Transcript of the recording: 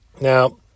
Now